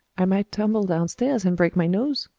i might tumble downstairs and break my nose.